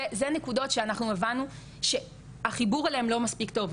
אלה נקודות שאנחנו הבנו שהחיבור אליהן לא מספיק טוב,